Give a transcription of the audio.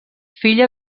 filla